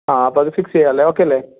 ആ അപ്പോൾ അത് ഫിക്സ് ചെയ്യാം അല്ലേ ഓക്കേ അല്ലെ